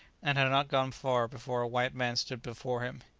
and had not gone far before a white man stood before him.